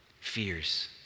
fears